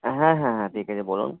হ্যাঁ হ্যাঁ হ্যাঁ ঠিক আছে বলুন